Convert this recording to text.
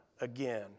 again